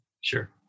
Sure